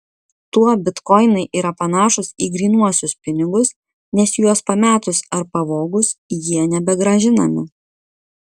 tuo bitkoinai yra panašūs į grynuosius pinigus nes juos pametus ar pavogus jie nebegrąžinami